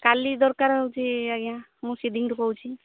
କାଲି ଦରକାର ହେଉଛି ଆଜ୍ଞା ମୁଁ ରୁ କହୁଛି